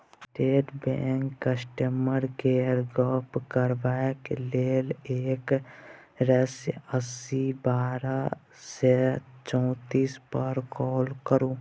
state बैंकक customer केयरसँ गप्प करबाक लेल एक सय अस्सी बारह सय चौतीस पर काँल करु